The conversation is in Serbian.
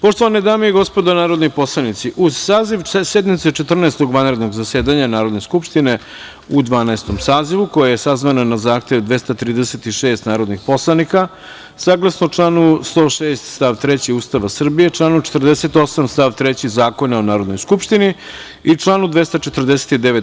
Poštovane dame i gospodo narodni poslanici, uz saziv sednice Četrnaestog vanrednog zasedanja Narodne skupštine u Dvanaestom sazivu, koja je sazvana na zahtev 236 narodnih poslanika, saglasno članu 106. stav 3. Ustava Republike Srbije, članu 48. stav 3. Zakona o Narodnoj skupštini i članu 249.